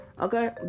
okay